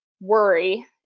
worry